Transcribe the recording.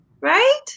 right